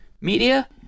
media